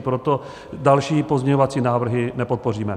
Proto další pozměňovací návrhy nepodpoříme.